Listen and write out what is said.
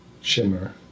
shimmer